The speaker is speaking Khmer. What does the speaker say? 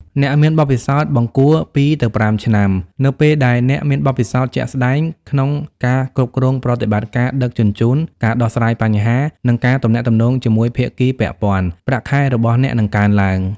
អ្នកមានបទពិសោធន៍បង្គួរ (2ទៅ5 ឆ្នាំ) នៅពេលដែលអ្នកមានបទពិសោធន៍ជាក់ស្តែងក្នុងការគ្រប់គ្រងប្រតិបត្តិការដឹកជញ្ជូន ការដោះស្រាយបញ្ហា និងការទំនាក់ទំនងជាមួយភាគីពាក់ព័ន្ធ ប្រាក់ខែរបស់អ្នកនឹងកើនឡើង។